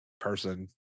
person